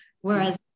whereas